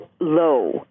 low